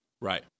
Right